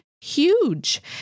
huge